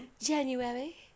January